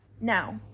Now